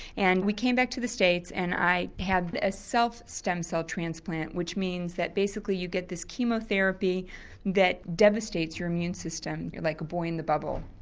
and we came back to the states and i had a self stem cell transplant which means that basically you get this chemo therapy that devastates your immune system like a boy in the bubble.